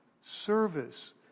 service